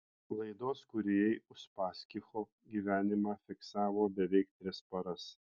laidos kūrėjai uspaskicho gyvenimą fiksavo beveik tris paras